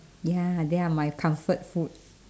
ya they are my comfort food